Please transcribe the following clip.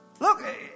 Look